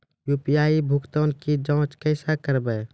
UPI भुगतान की जाँच कैसे करेंगे?